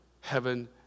heaven